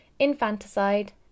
infanticide